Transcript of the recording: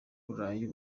burayi